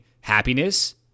happiness